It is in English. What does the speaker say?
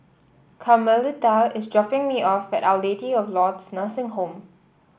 Carmelita is dropping me off at Our Lady of Lourdes Nursing Home